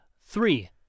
Three